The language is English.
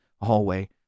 hallway